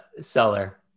seller